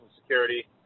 security